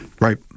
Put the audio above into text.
Right